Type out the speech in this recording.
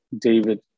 David